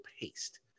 paste